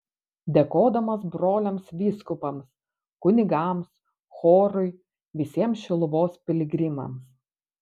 dėkodamas broliams vyskupams kunigams chorui visiems šiluvos piligrimams